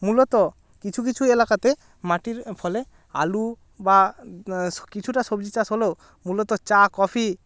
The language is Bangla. মূলত কিছু কিছু এলাকাতে মাটির ফলে আলু বা স কিছুটা সবজি চাষ হলো মূলত চা কফি